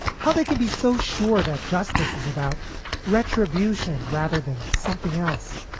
how they can be so sure that justice is about retribution rather than something else.